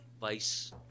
vice